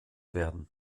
werden